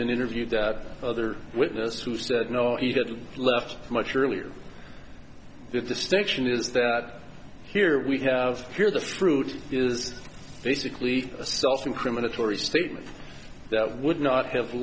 and interviewed the other witness who said no he didn't left much earlier the distinction is that here we have here the fruit is basically self incriminatory statements that would not have